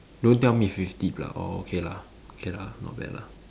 don't tell me fifty plus orh okay lah okay lah not bad lah